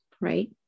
right